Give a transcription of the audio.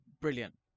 brilliant